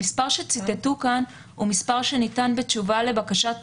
המספר שציטטו כאן הוא מספר שניתן בתשובה לבקשת